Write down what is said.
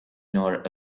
nor